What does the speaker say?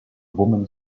woman